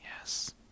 Yes